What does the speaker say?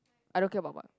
I don't care about mud